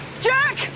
Jack